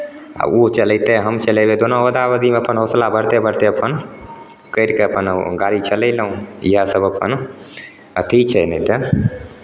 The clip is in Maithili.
आ ओ चलयतै हम चलयबै दोनो ओहदा ओहदीमे अपन हौसला बढ़तै बढ़तै अपन करि कऽ अपन गाड़ी चलयलहुँ इहएसभ अपन अथी छै नहि तऽ